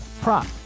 prop